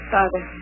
Father